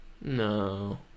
No